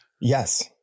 yes